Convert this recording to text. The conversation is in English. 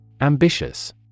Ambitious